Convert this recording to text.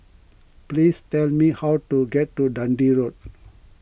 please tell me how to get to Dundee Road